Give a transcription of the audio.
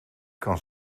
kan